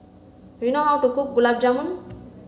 do you know how to cook Gulab Jamun